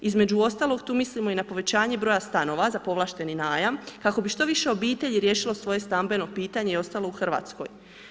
Između ostalog, tu mislimo i na povećanje broja stanova za povlašteni najam, kako bi što više obitelji riješilo svoje stambeno pitanje i ostalo u RH.